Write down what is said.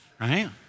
Right